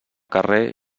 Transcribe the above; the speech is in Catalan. carrer